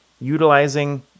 utilizing